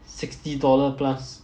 sixty dollar plus